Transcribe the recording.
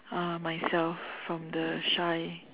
uh myself from the shy